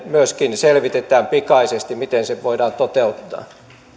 myöskin selvitetään pikaisesti miten liikenneverkko oyn perustaminen voidaan toteuttaa